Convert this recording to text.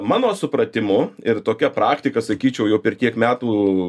mano supratimu ir tokia praktika sakyčiau jau per kiek metų